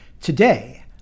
Today